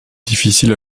difficile